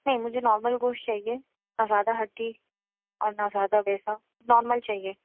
نہیں مجھے نارمل گوشت چاہیے نہ زیادہ ہڈی اور نہ زیادہ ویسا نارمل چاہیے